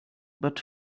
but